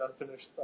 unfinished